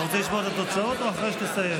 אתה רוצה לשמוע את התוצאות או אחרי שתסיים?